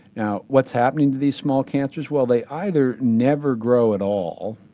now what's happening to these small cancers? well they either never grow at all,